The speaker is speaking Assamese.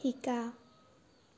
শিকা